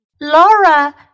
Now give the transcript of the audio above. Laura